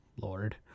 Lord